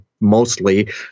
mostly